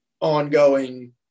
ongoing